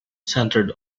centred